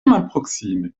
malproksime